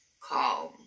calm